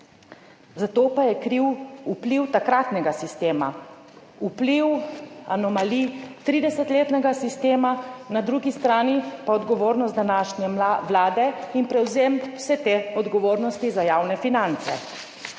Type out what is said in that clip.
za to pa je kriv vpliv takratnega sistema, vpliv anomalij tridesetletnega sistema, na drugi strani pa odgovornost današnje Vlade in prevzem vse te odgovornosti za javne finance,